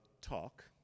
talk